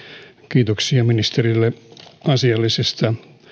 kiitoksia ministerille asiallisesta